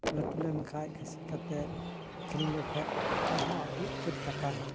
ᱞᱟᱹᱴᱩ ᱞᱮᱱᱠᱷᱟᱱ ᱠᱷᱟᱹᱥᱤ ᱠᱟᱛᱮ ᱟᱹᱠᱷᱨᱤᱧ ᱞᱮᱠᱚ ᱠᱷᱟᱱ ᱚᱱᱟ ᱛᱮᱦᱚᱸ ᱟᱹᱰᱤ ᱩᱛᱟᱹᱨ ᱴᱟᱠᱟ ᱦᱤᱡᱩᱜᱼᱟ